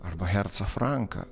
arba hercą franką